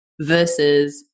versus